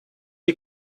die